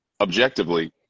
objectively